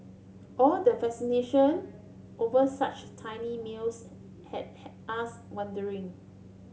all the fascination over such tiny meals had us wondering